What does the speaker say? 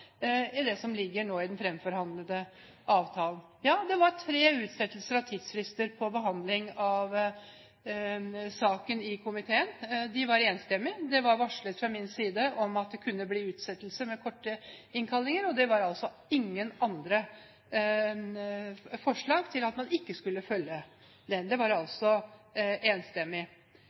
det som nå ligger i den fremforhandlede avtalen. Ja, det var tre utsettelser av tidsfrister på behandling av saken i komiteen. De var enstemmige. Det var varslet fra min side at det kunne bli utsettelse, med korte innkallinger, og det var ingen andre forslag til at man ikke skulle følge det. Det var altså enstemmig.